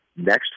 next